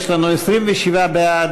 יש לנו 27 בעד,